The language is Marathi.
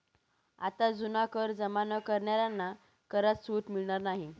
आता जुना कर जमा न करणाऱ्यांना करात सूट मिळणार नाही